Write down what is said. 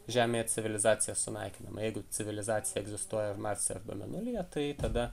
žemėje civilizacija sunaikinama jeigu civilizacija egzistuoja ir marse arba mėnulyje tai tada